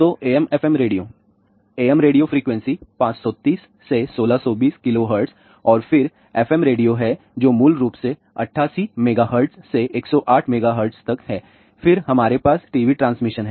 तो AM FM radio AM radio frequency 530 से 1620 KHz और फिर FM रेडियो है जो मूल रूप से 88 MHz से 108 MHz तक है फिर हमारे पास टीवी ट्रांसमिशन है